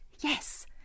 Yes